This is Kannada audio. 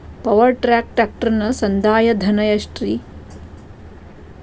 ಪವರ್ ಟ್ರ್ಯಾಕ್ ಟ್ರ್ಯಾಕ್ಟರನ ಸಂದಾಯ ಧನ ಎಷ್ಟ್ ರಿ?